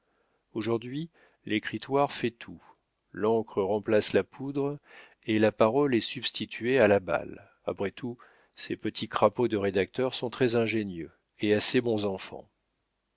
soumettons nous aujourd'hui l'écritoire fait tout l'encre remplace la poudre et la parole est substituée à la balle après tout ces petits crapauds de rédacteurs sont très ingénieux et assez bons enfants